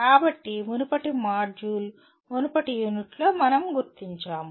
కాబట్టి మునుపటి మాడ్యూల్ మునుపటి యూనిట్లో మనం గుర్తించాము